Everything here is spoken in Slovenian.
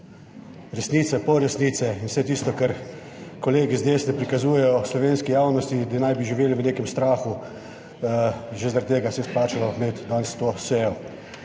resnice, pol resnice in vse tisto, kar kolegi iz desne prikazujejo slovenski javnosti, da naj bi živeli v nekem strahu. Že zaradi tega se je splačalo imeti danes to sejo.